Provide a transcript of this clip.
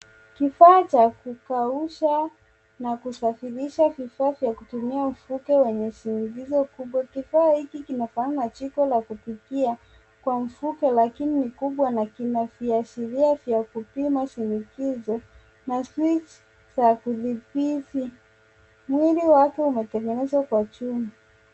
Kifaa cha kukausha na kusafirisha vifaa vya kutumia mfuko wenye shinikizo mkubwa. Kifaa hiki kinafanana na jiko la kupikia kwa mfuko lakini ni kubwa na kina viashiria vya kupima shinikizo na swichi za kujibizi. Mwili wake umetengenezwa kwa chuma.